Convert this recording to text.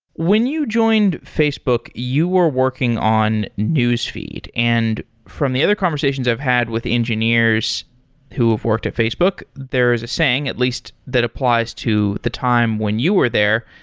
when you jo ined facebook, you were working on newsfeed. and from the other conversations i've had with engineers who have worked at facebook, there is a saying at least that applies to the time when you were there,